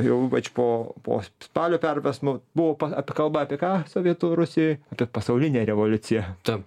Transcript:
jau ypač po po spalio perversmo buvo kalba apie ką sovietų rusijoj kad pasaulinė revoliucija ta